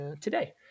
today